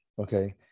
Okay